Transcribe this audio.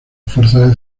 fuerzas